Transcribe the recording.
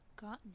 gotten